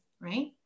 right